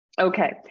Okay